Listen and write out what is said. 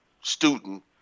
student